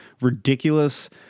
ridiculous